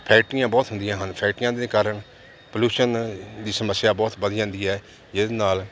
ਫੈਕਟਰੀਆਂ ਬਹੁਤ ਹੁੰਦੀਆਂ ਹਨ ਫੈਕਟਰੀਆਂ ਦੇ ਕਾਰਨ ਪਲਿਊਸ਼ਨ ਦੀ ਸਮੱਸਿਆ ਬਹੁਤ ਵੱਧ ਜਾਂਦੀ ਹੈ ਜਿਹਦੇ ਨਾਲ